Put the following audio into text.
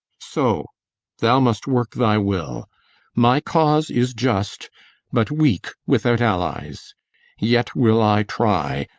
so thou must work thy will my cause is just but weak without allies yet will i try,